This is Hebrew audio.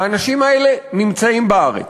האנשים האלה נמצאים בארץ.